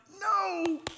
no